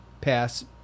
pass